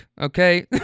Okay